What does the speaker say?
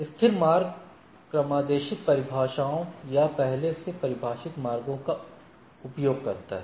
स्थिर मार्ग क्रमादेशित परिभाषाओं या पहले से परिभाषित मार्गों का उपयोग करता है